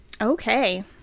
Okay